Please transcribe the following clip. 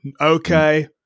Okay